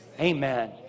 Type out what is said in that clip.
Amen